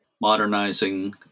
Modernizing